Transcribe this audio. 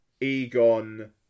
Egon